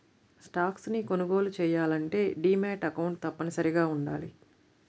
stocks ని కొనుగోలు చెయ్యాలంటే డీమాట్ అకౌంట్ తప్పనిసరిగా వుండాలి